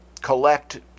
collect